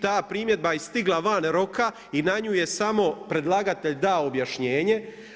Ta primjedba je stigla van roka i na nju je samo predlagatelj dao objašnjenje.